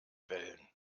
wellen